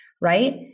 right